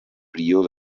prior